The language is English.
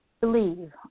believe